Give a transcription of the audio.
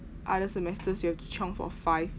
other semesters you have to chiong for five